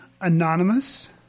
Anonymous